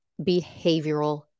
behavioral